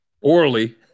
Orally